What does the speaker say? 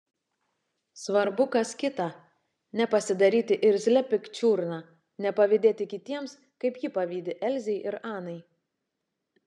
svarbu kas kita nepasidaryti irzlia pikčiurna nepavydėti kitiems kaip ji pavydi elzei ir anai